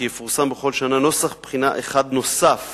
כי יפורסם בכל שנה נוסח בחינה אחד נוסף